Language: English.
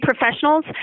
professionals